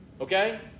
Okay